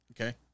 Okay